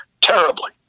terribly